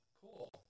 Cool